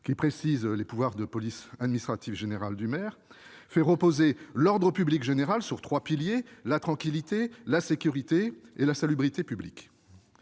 qui précise les pouvoirs de police administrative générale du maire, fait reposer l'ordre public général sur trois piliers : la tranquillité, la sécurité et la salubrité publiques.